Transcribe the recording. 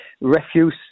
refuse